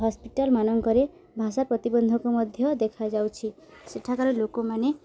hospital ମାନଙ୍କରେ ଭାଷା ପ୍ରତିବନ୍ଧକ ମଧ୍ୟ ଦେଖାଯାଉଛି ସେଠାକାର ଲୋକମାନେ